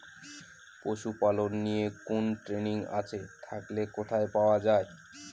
পশুপালন নিয়ে কোন ট্রেনিং আছে থাকলে কোথায় পাওয়া য়ায়?